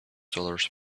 dollars